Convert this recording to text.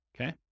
okay